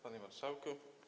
Panie Marszałku!